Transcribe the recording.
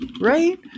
right